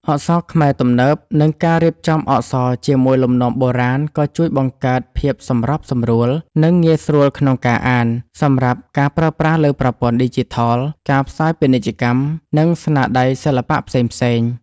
អក្សរខ្មែរទំនើប និងការរៀបចំអក្សរជាមួយលំនាំបុរាណក៏ជួយបង្កើតភាពសម្របសម្រួល និងងាយស្រួលក្នុងការអាន សម្រាប់ការប្រើប្រាស់លើប្រព័ន្ធឌីជីថល ការផ្សាយពាណិជ្ជកម្ម និងស្នាដៃសិល្បៈផ្សេងៗ។